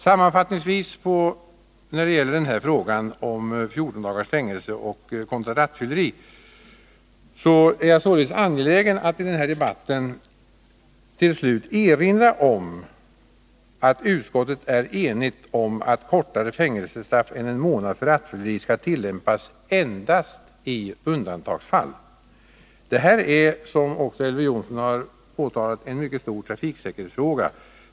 Sammanfattningsvis är jag således angelägen att i den här debatten erinra om att utskottet är enigt om att kortare fängelsestraff än en månad för rattfylleri skall tillämpas endast i undantagsfall. Det här är, som också Elver Jonsson har påpekat, en mycket stor trafiksäkerhetsfråga.